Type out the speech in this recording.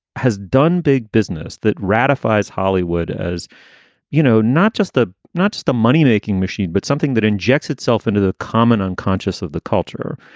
has done big business that ratifies hollywood, as you know, not just the not just the money making machine, but something that injects itself into the common unconscious of the culture.